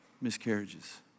miscarriages